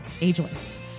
ageless